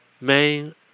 main